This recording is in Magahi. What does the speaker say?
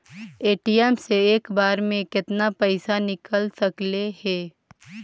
ए.टी.एम से एक बार मे केतना पैसा निकल सकले हे?